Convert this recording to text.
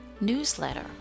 newsletter